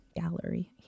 gallery